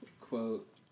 quote